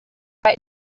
right